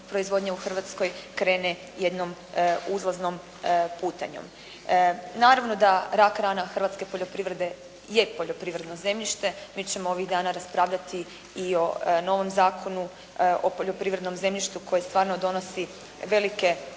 u Hrvatskoj krene jednom uzlaznom putanjom. Naravno da rak-rana hrvatske poljoprivrede je poljoprivredno zemljište, mi ćemo ovih dana raspravljati i o novom Zakonu o poljoprivrednom zemljištu koji stvarno donosi velike